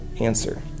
Answer